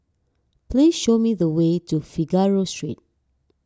please show me the way to Figaro Street